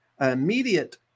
Immediate